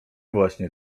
właśnie